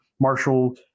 Marshall